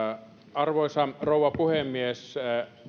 arvoisa rouva puhemies